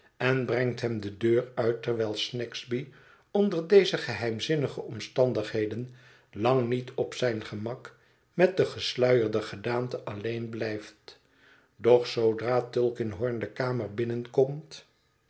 en brengt hem de deur uit terwijl snagsby onder deze geheimzinnige omstandigheden lang niet op zijn gemak met de gesluierde gedaante alleen blijft doch zoodra tulkinghom de kamer binnenkomt